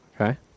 okay